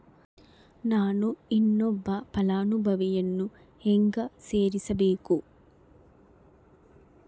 ನಾನು ಇನ್ನೊಬ್ಬ ಫಲಾನುಭವಿಯನ್ನು ಹೆಂಗ ಸೇರಿಸಬೇಕು?